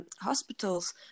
hospitals